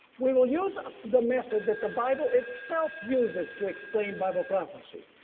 we will use the method that the bible itself uses to explain bible prophecy.